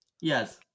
Yes